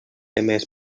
emès